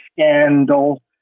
scandal